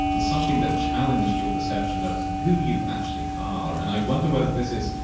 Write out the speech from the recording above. and something that challenged your perception of who you actually are and i wonder whether this is